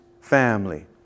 family